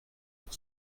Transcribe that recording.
pour